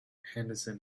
henderson